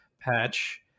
patch